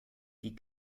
die